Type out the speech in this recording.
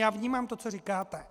Já vnímám to, co říkáte.